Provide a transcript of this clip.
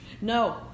No